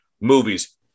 movies